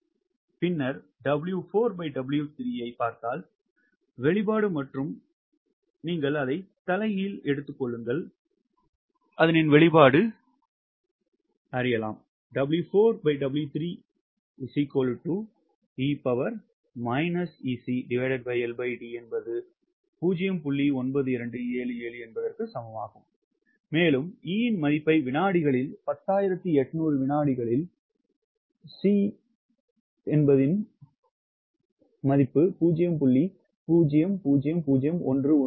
பின்னர் 𝑊4W3 நீங்கள் அதைப் பார்த்தால் வெளிப்பாடு மற்றும் நீங்கள் தலைகீழ் எடுத்துக் கொள்ளுங்கள் மேலும் E இன் மதிப்பை வினாடிகளில் 10800 வினாடிகளில் C 0